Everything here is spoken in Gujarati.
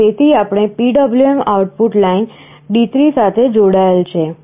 તેથી આપણે PWM આઉટપુટ લાઇન D3 સાથે જોડાયેલ છે